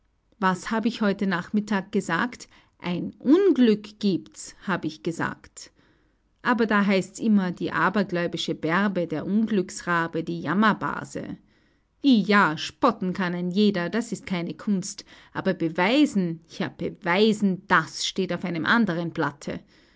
was hab ich heute nachmittag gesagt ein unglück gibt's hab ich gesagt aber da heißt's immer die abergläubische bärbe der unglücksrabe die jammerbase i ja spotten kann ein jeder das ist keine kunst aber beweisen ja beweisen das steht auf einem andern blatte